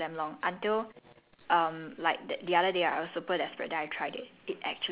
!huh! saltwater then she's like ya you just apply saltwater okay then I didn't listen to her for damn long until